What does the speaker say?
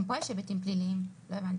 גם פה יש היבטים פליליים, לא הבנתי.